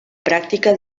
pràctica